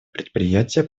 предприятия